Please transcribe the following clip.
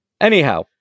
anyhow